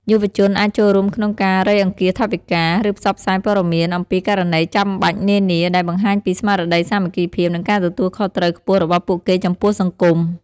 យុវជនអាចចូលរួមក្នុងការរៃអង្គាសថវិកា ឬផ្សព្វផ្សាយព័ត៌មានអំពីករណីចាំបាច់នានា ដែលបង្ហាញពី ស្មារតីសាមគ្គីភាព និងការទទួលខុសត្រូវខ្ពស់របស់ពួកគេចំពោះសង្គម។